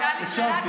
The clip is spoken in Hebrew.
הקשבתי.